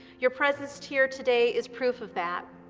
your presence here today is proof of that.